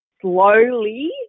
slowly